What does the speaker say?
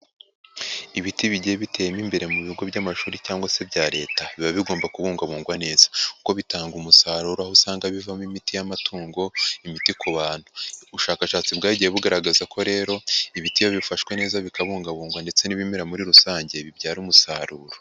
Ibiti bigiye biteye imbere mu bigo by'amashuri cyangwa se ibya leta, biba bigomba kubungabungwa neza kuko bitanga umusaruro, aho usanga bivamo imiti y'amatungo, imiti ku bantu, ubushakashatsi bwagiye bugaragaza ko rero, ibiti iyo bifashwe neza bikabungabungwa ndetse n'ibimera muri rusange bibyara umusaruro.